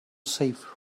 save